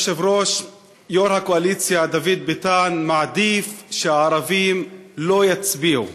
יושב-ראש הקואליציה דוד ביטן מעדיף שהערבים לא יצביעו.